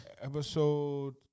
Episode